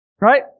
Right